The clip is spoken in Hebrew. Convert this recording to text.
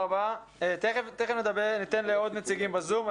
תיכף ניתן לעוד נציגים בזום.